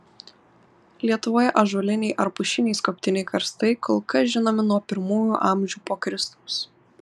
lietuvoje ąžuoliniai ar pušiniai skobtiniai karstai kol kas žinomi nuo pirmųjų amžių po kristaus